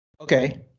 Okay